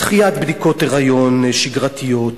דחיית בדיקות היריון שגרתיות,